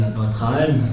neutralen